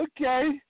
okay